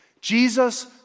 Jesus